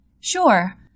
Sure